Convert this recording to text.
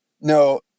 no